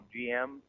GM